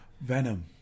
Venom